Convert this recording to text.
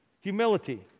Humility